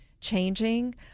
changing